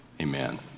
amen